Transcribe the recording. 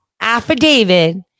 affidavit